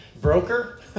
broker